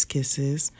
Kisses